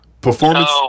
performance